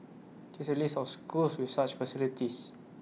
here's A list of schools with such facilities